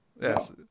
yes